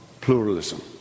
pluralism